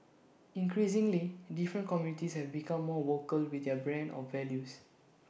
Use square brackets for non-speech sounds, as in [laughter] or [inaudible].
increasingly different communities have become more vocal with their brand of values [noise]